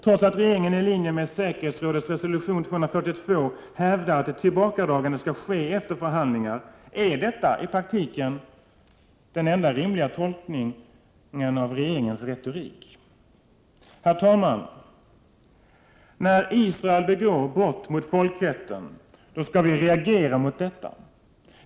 Trots att regeringen i linje med säkerhetsrådets resolution 242 hävdar att ett tillbakadragande skall ske efter förhandlingar, är det i praktiken den enda rimliga tolkningen av regeringens retorik. Herr talman! När Israel begår brott mot folkrätten skall vi reagera mot detta.